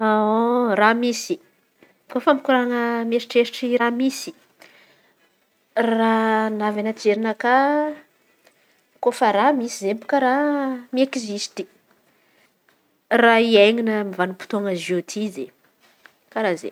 Raha misy kôfa mikoran̈a aneritreritry raha misy. Raha navy anaty jerinakà kôfa raha misy zay bôaka miegizisty raha hiain̈ana amy vanim-potôan̈a zao ty zey; karà zey.